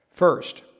First